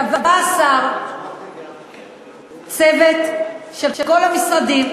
קבע השר צוות של כל המשרדים,